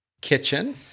Kitchen